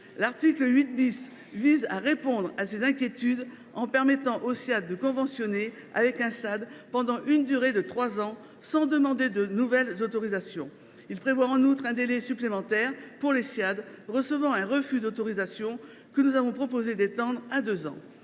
L’article 8 vise à répondre à ces inquiétudes en permettant aux Ssiad de conventionner avec un SAD pendant une durée de trois ans, sans demander de nouvelle autorisation. Il prévoit en outre un délai supplémentaire pour les Ssiad recevant un refus d’autorisation, que nous avons proposé d’étendre à deux ans.